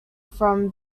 from